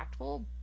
impactful